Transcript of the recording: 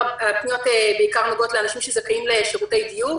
הפניות נוגעות בעיקר לאנשים שזכאים לשירותי דיור